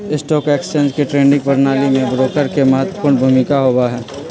stock exchange के trading प्रणाली में ब्रोकर के महत्वपूर्ण भूमिका होबा हई